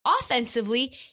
offensively